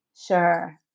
Sure